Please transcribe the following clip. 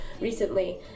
recently